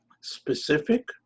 specific